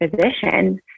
physician